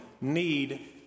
need